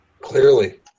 Clearly